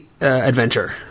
adventure